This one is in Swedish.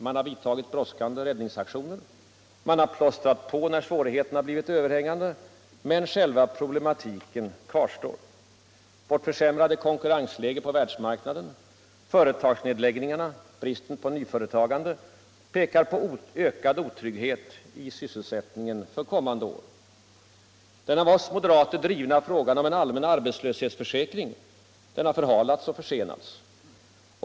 Man har vidtagit brådskande räddningsaktioner. Man har plåstrat på, när svårigheterna blivit överhängande. Men själva problematiken kvarstår. Vårt försämrade konkurrensläge på världsmarknaden, företagsnedläggningarna, bristen på nyföretagande pekar på ökad otrygghet i sysselsättningen för kommande år. Den av oss moderater drivna frågan om en allmän arbetslöshetsförsäkring har förhalats och försenats.